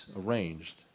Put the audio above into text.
arranged